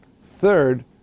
Third